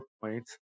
points